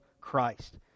Christ